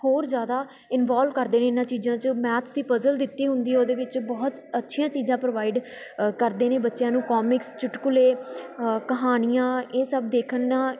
ਹੋਰ ਜ਼ਿਆਦਾ ਇਨਵੋਲਵ ਕਰਦੇ ਨੇ ਇਹਨਾਂ ਚੀਜ਼ਾਂ 'ਚ ਮੈਥਸ ਦੀ ਪਜ਼ਲ ਦਿੱਤੀ ਹੁੰਦੀ ਉਹਦੇ ਵਿੱਚ ਬਹੁਤ ਅੱਛੀਆਂ ਚੀਜ਼ਾਂ ਪ੍ਰੋਵਾਈਡ ਕਰਦੇ ਨੇ ਬੱਚਿਆਂ ਨੂੰ ਕੋਮਿਕਸ ਚੁਟਕੁਲੇ ਕਹਾਣੀਆਂ ਇਹ ਸਭ ਦੇਖਣਾ